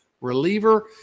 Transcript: reliever